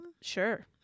Sure